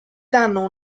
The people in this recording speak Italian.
danno